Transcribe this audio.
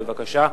בבקשה.